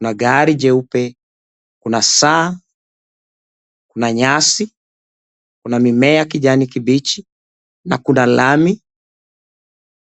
na gari jeupe. Kuna saa na nyasi, kuna mimea ya kijani kibichi na kuna lami.